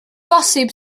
bosib